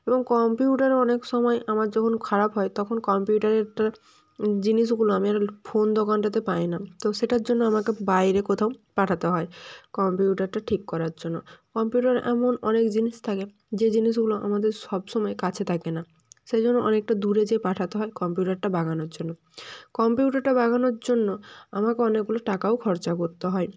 এবং কম্পিউটারও অনেক সময় আমার যখন খারাপ হয় তখন কম্পিউটারেরটা জিনিসগুলো আমি আর ফোন দোকানটাতে পাই না তো সেটার জন্য আমাকে বাইরে কোথাও পাঠাতে হয় কম্পিউটারটা ঠিক করার জন্য কম্পিউটারে এমন অনেক জিনিস থাকে যে জিনিসগুলো আমাদের সবসময় কাছে থাকে না সেই জন্য অনেকটা দূরে যেয়ে পাঠাতে হয় কম্পিউটারটা বাগানোর জন্য কম্পিউটারটা বাগানোর জন্য আমাকে অনেকগুলো টাকাও খরচা করতে হয়